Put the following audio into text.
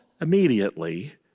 immediately